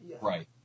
Right